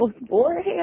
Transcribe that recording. beforehand